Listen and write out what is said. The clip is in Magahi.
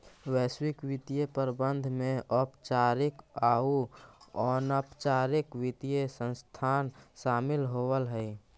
वैश्विक वित्तीय प्रबंधन में औपचारिक आउ अनौपचारिक वित्तीय संस्थान शामिल होवऽ हई